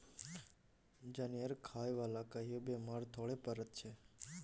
जनेर खाय बला कहियो बेमार थोड़े पड़ैत छै